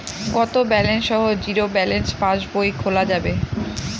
কত ব্যালেন্স সহ zero balance পাসবই খোলা যাবে?